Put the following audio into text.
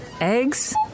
Eggs